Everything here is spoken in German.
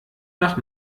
nach